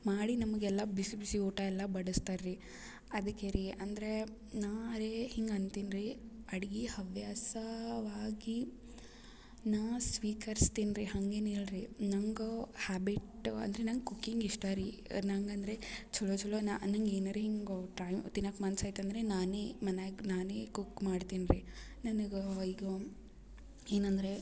ಮಾಡಿ ನಮಗೆಲ್ಲ ಬಿಸಿ ಬಿಸಿ ಊಟ ಎಲ್ಲ ಬಡಸ್ತಾರೆ ರೀ ಅದಕ್ಕೆ ರೀ ಅಂದರೆ ನಾ ರೀ ಹಿಂಗೆ ಅಂತೀನಿ ರೀ ಅಡ್ಗೆ ಹವ್ಯಾಸವಾಗಿ ನಾ ಸ್ವೀಕರಿಸ್ತೀನ್ ರೀ ಹಂಗೇನೆ ಇಲ್ರಿ ನಂಗೆ ಹ್ಯಾಬಿಟ್ ಅಂದರೆ ನಂಗೆ ಕುಕ್ಕಿಂಗ್ ಇಷ್ಟ ರೀ ನಂಗೆ ಅಂದರೆ ಛಲೋ ಛಲೋ ನಂಗೆ ಏನರೆ ಹಿಂಗ್ ಟೈ ತಿನ್ನೋಕ್ ಮನ್ಸು ಆಯ್ತಂದರೆ ನಾನೇ ಮನೆಯಾಗ್ ನಾನೇ ಕುಕ್ ಮಾಡ್ತೀನಿ ರೀ ನನ್ಗೆ ಈಗ ಏನಂದರೆ